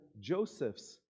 Joseph's